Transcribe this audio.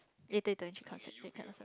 later later when she comes in then we can lah